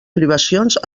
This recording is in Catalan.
privacions